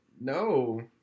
No